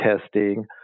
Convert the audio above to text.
testing